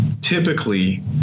typically